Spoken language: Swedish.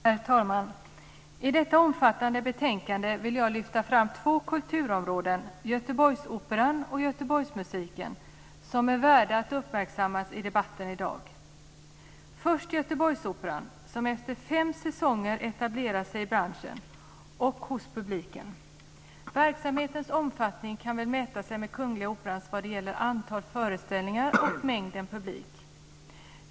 Herr talman! I detta omfattande betänkande vill jag lyfta fram två kulturområden, Göteborgsoperan och Göteborgsmusiken, som är värda att uppmärksammas i debatten i dag. Först Göteborgsoperan som efter fem säsonger etablerat sig i branschen och hos publiken. Verksamhetens omfattning kan väl mäta sig med Kungliga Operans vad gäller antal föreställningar och mängden publik.